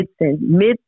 mid